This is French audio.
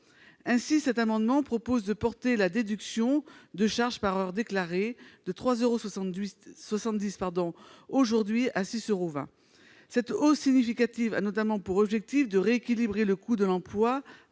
Ainsi, cet amendement prévoit de porter la déduction de charges par heure déclarée de 3,70 euros aujourd'hui à 6,20 euros. Cette hausse significative a notamment pour objectif de rééquilibrer le coût de l'emploi